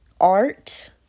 art